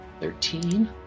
Thirteen